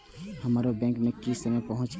हमरो बैंक में की समय पहुँचे के छै?